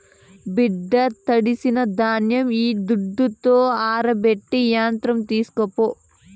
బిడ్డా తడిసిన ధాన్యం ఈ దుడ్డుతో ఆరబెట్టే యంత్రం తీస్కోపో